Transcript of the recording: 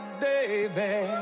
baby